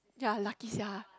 ya lucky sia